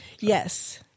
Yes